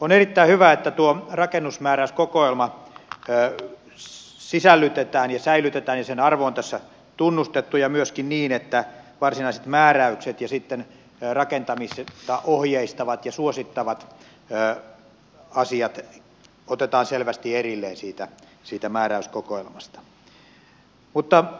on erittäin hyvä että tuo rakennusmääräyskokoelma sisällytetään ja säilytetään ja sen arvo on tässä tunnustettu ja myöskin niin että varsinaiset määräykset ja sitten rakentamista ohjeistavat ja suosittavat asiat otetaan selvästi erilleen siitä määräyskokoelmasta